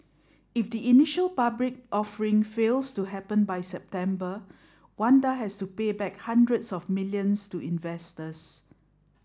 if the initial public offering fails to happen by September Wanda has to pay back hundreds of millions to investors